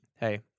hey